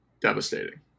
devastating